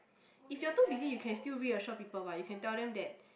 if you're too busy you can still reassure people what you can tell them that